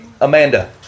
Amanda